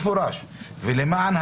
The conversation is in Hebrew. מפקח, אומנם הוא הרשות המבצעת.